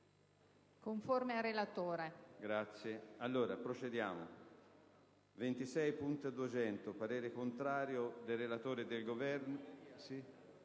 conforme al relatore.